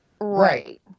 Right